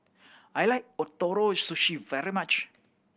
I like Ootoro Sushi very much